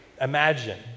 Imagine